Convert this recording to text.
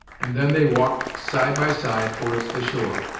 and then they walked side by side, towards the shore.